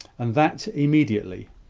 and that immediately.